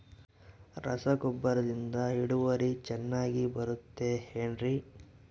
ರಸಗೊಬ್ಬರದಿಂದ ಇಳುವರಿ ಚೆನ್ನಾಗಿ ಬರುತ್ತೆ ಏನ್ರಿ?